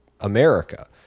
America